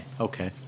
okay